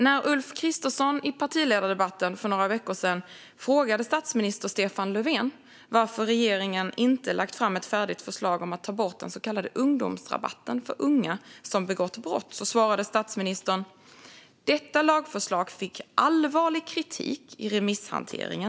När Ulf Kristersson i partiledardebatten för några veckor sedan frågade statsminister Stefan Löfven varför regeringen inte har lagt fram ett färdigt förslag om att ta bort den så kallade ungdomsrabatten för unga som begått brott, svarade statsministern: "Detta lagförslag fick allvarlig kritik i remisshanteringen.